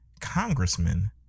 congressman